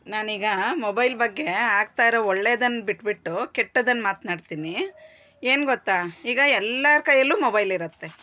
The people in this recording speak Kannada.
ನಾನು ಈಗ ಮೊಬೈಲ್ ಬಗ್ಗೆ ಆಗ್ತಾ ಇರೋ ಒಳ್ಳೆದನ್ನು ಬಿಟ್ಬಿಟ್ಟು ಕೆಟ್ಟದನ್ನು ಮಾತನಾಡ್ತೀನಿ ಏನು ಗೊತ್ತ ಈಗ ಎಲ್ಲಾರ ಕೈಯಲ್ಲೂ ಮೊಬೈಲ್ ಇರುತ್ತೆ